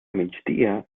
migdia